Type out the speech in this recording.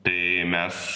tai mes